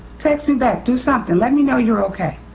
text me back, do something, let me know you're okay.